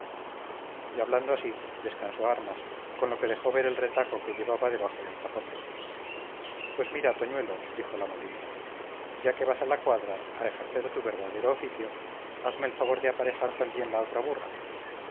y hablando así descansó armas con lo que dejó ver el retaco que llevaba debajo del capote pues mira toñuelo dijo la molinera ya que vas a la cuadra a ejercer tu verdadero oficio hazme el favor de aparejar también la otra burra